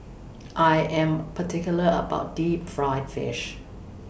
I Am particular about Deep Fried Fish